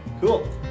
Cool